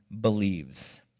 believes